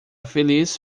feliz